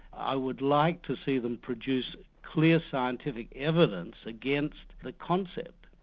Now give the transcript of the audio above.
i would like to see them produce clear scientific evidence against the concept.